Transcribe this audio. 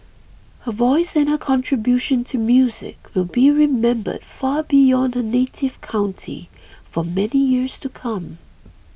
her voice and her contribution to music will be remembered far beyond her native county for many years to come